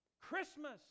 Christmas